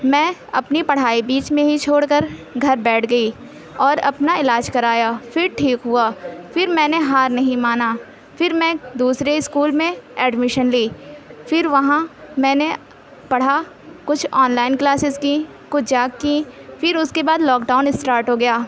میں اپنی پڑھائی بیچ میں ہی چھوڑ کر گھر بیٹھ گئی اور اپنا علاج کرایا پھر ٹھیک ہوا پھر میں نے ہار نہیں مانا پھر میں دوسرے اسکول میں ایڈمیشن لی پھر وہاں میں نے پڑھا کچھ آن لائن کلاسز کی کچھ جا کی پھر اس کے بعد لاک ڈاؤن اسٹارٹ ہو گیا